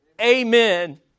amen